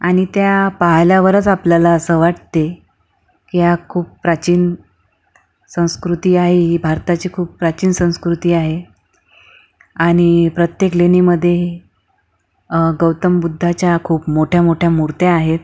आणि त्या पाहिल्यावरच आपल्याला असं वाटते की या खूप प्राचीन संस्कृती आहे ही भारताची खूप प्राचीन संस्कृती आहे आणि प्रत्येक लेणीमध्ये गौतम बुद्धाच्या खूप मोठ्या मोठ्या मूर्त्या आहेत